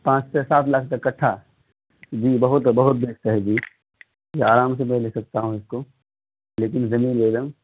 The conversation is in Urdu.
پانچ سے سات لاکھ تک کٹھا جی بہت بہت بہتر ہے جی یہ آرام سے میں لے سکتا ہوں اس کو لیکن زمین لے لوں